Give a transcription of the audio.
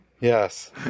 Yes